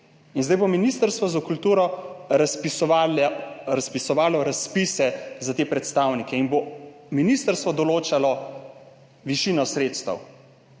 in zdaj bo Ministrstvo za kulturo razpisovalo razpise za te predstavnike in bo ministrstvo določalo višino sredstev.